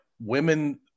women